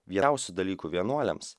vyriausių dalykų vienuoliams